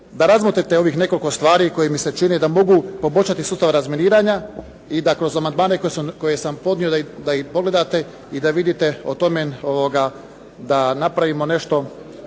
da razmotrite ovih nekoliko stvari koje mi se čine da mogu poboljšati sustav razminiranja i da kroz amandmane koje sam podnio da ih pogledate i da vidite o tome da napravimo nešto